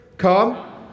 Come